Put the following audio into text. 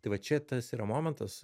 tai va čia tas yra momentas